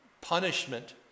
punishment